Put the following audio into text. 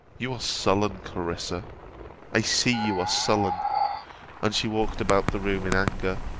you are sullen, clarissa i see you are sullen and she walked about the room in anger.